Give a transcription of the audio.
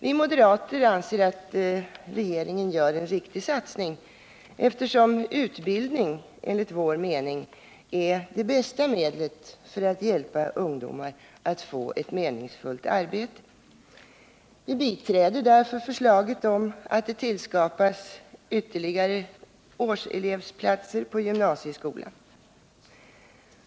Vi moderater anser att regeringen gör en riktig satsning, eftersom utbildning enligt vår mening är det bästa medlet för att hjälpa ungdomar att få ett meningsfullt arbete. Vi biträder därför förslaget om att det tillskapas ytterligare årselevplatser på gymnasieskolan.